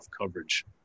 coverage